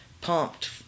pumped